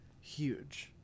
huge